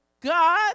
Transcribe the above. God